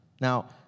Now